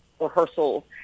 rehearsal